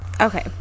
okay